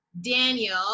Daniel